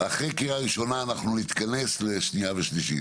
אחרי קריאה ראשונה אנחנו נתכנס לשנייה ושלישית